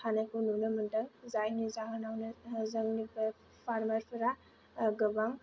हानायखौ नुनो मोनदों जायनि जाहोनावनो जोंनि बे फार्मार्सफ्रा गोबां